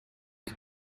que